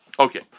Okay